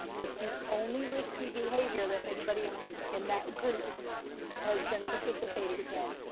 it's the only risky behavior that anybody and in that group has been participating in.